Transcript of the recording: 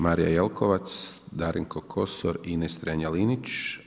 Marija Jelkovac, Darinko Kosor, Ines Strenja-Linić.